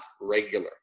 regular